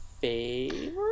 favorite